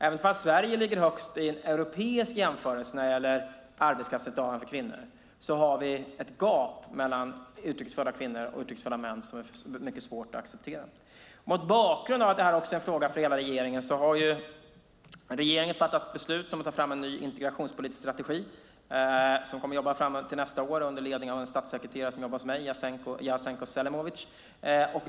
Även fast Sverige ligger högst i en europeisk jämförelse när det gäller arbetskraftsdeltagande kvinnor har vi ett gap mellan utrikes födda kvinnor och utrikes födda män som är mycket svårt att acceptera. Mot bakgrund av att det här är en fråga för hela regeringen har regeringen fattat beslut om att ta fram en ny integrationspolitisk strategi, som man kommer att jobba fram under nästa år under ledning av en statssekreterare hos mig, Jasenko Selimovic.